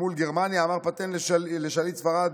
מול גרמניה, אמר פטן לשליט ספרד: